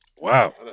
Wow